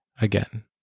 again